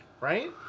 Right